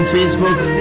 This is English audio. Facebook